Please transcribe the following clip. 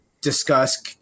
discuss